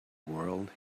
world